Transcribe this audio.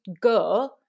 go